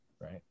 Right